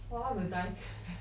!wah! want to die sia cannot